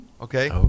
Okay